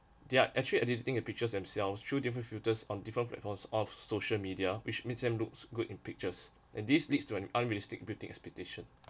they are actually editing pictures themselves through different filters on different platforms of social media which makes them looks good in pictures and this leads to an unrealistic beauty expectation